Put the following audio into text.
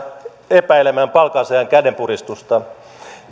epäilemään palkansaajan kädenpuristusta